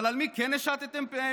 אבל על מי כן השתם מיסים?